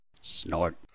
Snort